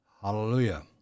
Hallelujah